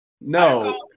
No